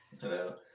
Hello